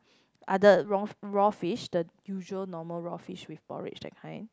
other raw raw fish the usual normal raw fish with porridge that kind